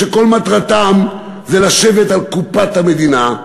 שכל מטרתם היא לשבת על קופת המדינה.